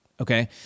okay